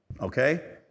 Okay